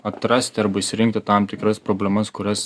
atrasti arba išsirinkti tam tikras problemas kurias